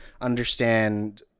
understand